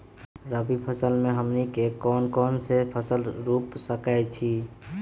रबी फसल में हमनी के कौन कौन से फसल रूप सकैछि?